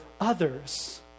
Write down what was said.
others